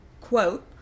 quote